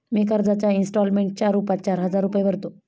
मी कर्जाच्या इंस्टॉलमेंटच्या रूपात चार हजार रुपये भरतो